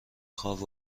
خواب